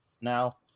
now